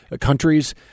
Countries